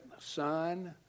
son